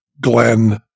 Glenn